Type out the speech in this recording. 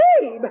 Babe